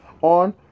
on